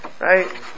Right